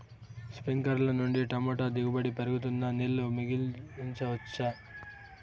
స్ప్రింక్లర్లు నుండి టమోటా దిగుబడి పెరుగుతుందా? నీళ్లు మిగిలించవచ్చా?